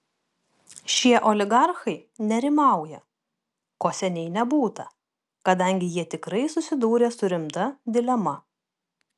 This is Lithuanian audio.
šie oligarchai nerimauja ko seniai nebūta kadangi jie tikrai susidūrė su rimta dilema